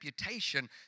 reputation